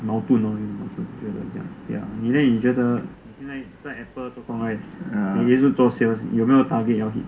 矛盾咯觉得这样你勒你觉得这么样你现在在:mao dun geo jue de zhe yang ni lei ni jue de zhe me yang ni xian zai zai Apple 做工 right 你也是做 sales 有没有 target